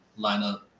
lineup